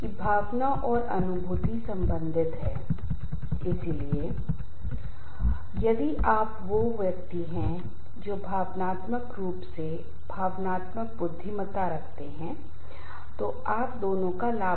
विश्व स्वास्थ्य संगठन के अनुसार रिपोर्ट तनाव मृत्यु का दूसरा महत्वपूर्ण कारण है और इसे 21 वीं सदी में काली मौतब्लैक डेथ Black Death भी कहा जाता है